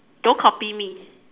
don't copy me